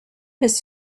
his